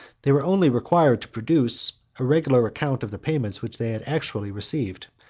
they are only required to produce a regular account of the payments which they have actually received,